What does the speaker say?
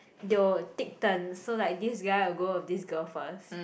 they will take turns so like this guy will go with this girl first